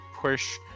push